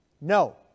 No